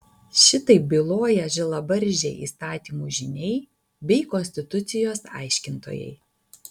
šitaip byloja žilabarzdžiai įstatymų žyniai bei konstitucijos aiškintojai